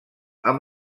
amb